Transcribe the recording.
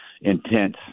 intense